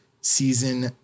season